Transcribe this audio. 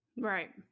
Right